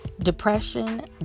Depression